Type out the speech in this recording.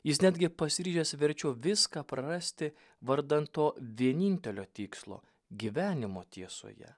jis netgi pasiryžęs verčiau viską prarasti vardan to vienintelio tikslo gyvenimo tiesoje